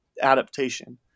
adaptation